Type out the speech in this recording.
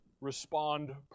respond